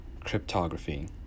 cryptography